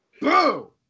Boo